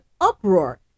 uproar